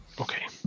Okay